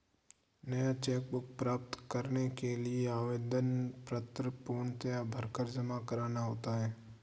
नया cheque book प्राप्त करने के लिए आवेदन पत्र पूर्णतया भरकर जमा करना होता है